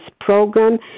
program